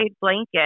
blanket